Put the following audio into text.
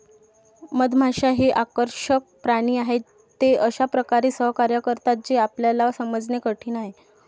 मधमाश्या हे आकर्षक प्राणी आहेत, ते अशा प्रकारे सहकार्य करतात जे आपल्याला समजणे कठीण आहे